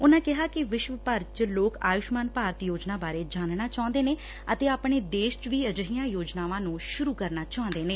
ਉਨਾਂ ਕਿਹਾ ਕਿ ਵਿਸ਼ਵ ਭਰ ਲੋਕ ਆਯੁਸ਼ਮਾਨ ਭਾਰਤ ਯੋਜਨਾ ਬਾਰੇ ਜਾਣਨਾ ਚਾਹੁੰਦੇ ਨੇ ਅਤੇ ਆਪਣੇ ਦੇਸ਼ ਚ ਵੀ ਅਜਿਹੀਆਂ ਯੋਜਨਾਵਾਂ ਸੁਰੂ ਕਰਨਾ ਚਾਹੰਦੇ ਨੇ